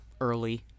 early